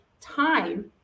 time